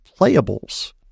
Playables